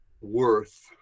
worth